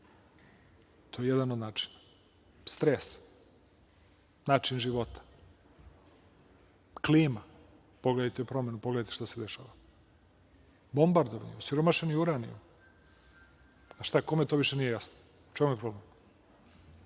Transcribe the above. To je jedan od načina. Stres, način života, klima. Pogledajte promenu, pogledajte šta se dešava. Bombardovanje, osiromašeni uranijum. Kome to više nije jasno? U čemu je problem?